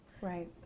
Right